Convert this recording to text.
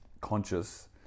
conscious